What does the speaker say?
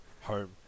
home